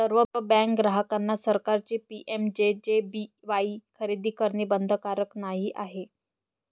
सर्व बँक ग्राहकांना सरकारचे पी.एम.जे.जे.बी.वाई खरेदी करणे बंधनकारक नाही आहे